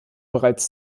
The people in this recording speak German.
bereits